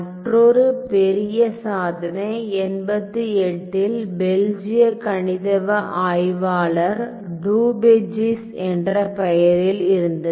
மற்றொரு பெரிய சாதனை 88 இல் பெல்ஜிய கணிதவியலாளரால் டுபெச்சீஸ் என்ற பெயரில் இருந்தது